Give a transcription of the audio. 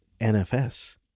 NFS